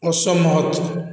ଅସମହତ